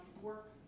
work